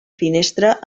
finestra